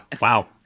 wow